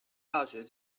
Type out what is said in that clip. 大学